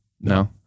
no